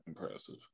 impressive